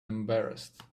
embarrassed